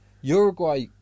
Uruguay